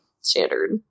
standard